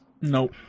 Nope